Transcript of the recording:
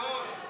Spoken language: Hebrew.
לוועדה